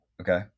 Okay